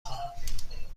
خواهم